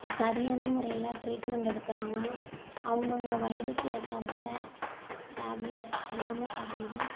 சரியான முறையில் ட்ரீட்மெண்ட் எடுக்கிறாங்க அவங்கவுங்க வயதுக்கு ஏற்றா போல டேப்லெட் எல்லாமே தர்றாங்க